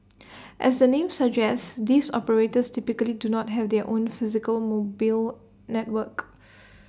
as the name suggests these operators typically do not have their own physical mo build networks